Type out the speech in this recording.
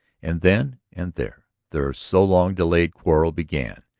and then and there their so-long-delayed quarrel began.